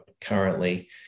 currently